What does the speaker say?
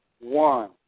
one